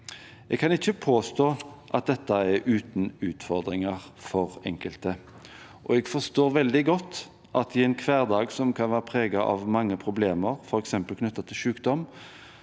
Jeg kan ikke påstå at dette er uten utfordringer for enkelte, og jeg forstår veldig godt at i en hverdag som kan være preget av mange problemer, f.eks. knyttet til sykdom,